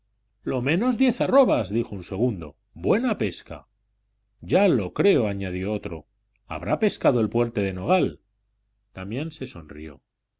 lo menos diez arrobas dijo un segundo buena pesca ya lo creo añadió otro habrá pescado el puente de nogal damián se sonrió